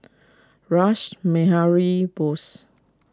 Rash Behari Bose